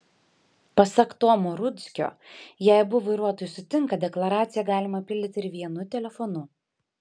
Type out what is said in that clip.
pasak tomo rudzkio jei abu vairuotojai sutinka deklaraciją galima pildyti ir vienu telefonu